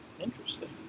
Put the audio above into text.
Interesting